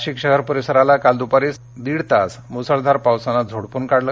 नाशिक शहर परिसराला काल दुपारी सुमारे दीड तास मुसळधार पावसानं झोडपून काढलं